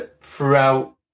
throughout